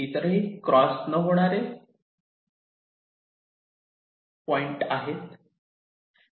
इतरही क्रास न होणारे पॉईंट आहेत